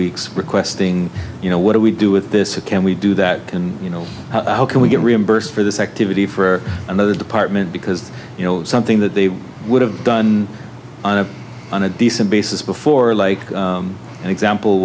weeks requesting you know what do we do with this can we do that can you know how can we get reimbursed for this activity for another department because you know something that they would have done on a decent basis before like an example